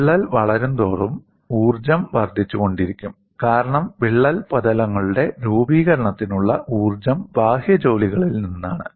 വിള്ളൽ വളരുന്തോറും ഊർജ്ജം വർദ്ധിച്ചുകൊണ്ടിരിക്കും കാരണം വിള്ളൽ പ്രതലങ്ങളുടെ രൂപീകരണത്തിനുള്ള ഊർജ്ജം ബാഹ്യ ജോലികളിൽ നിന്നാണ്